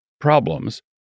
problems